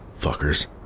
fuckers